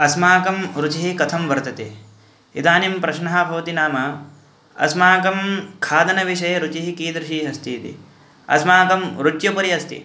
अस्माकं रुचिः कथं वर्तते इदानीं प्रश्नः भवति नाम अस्माकं खादनविषये रुचिः कीदृशी अस्ति इति अस्माकं रुच्युपरि अस्ति